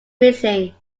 missing